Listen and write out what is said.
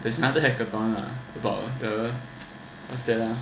there's another hackathon lah about the what's that ah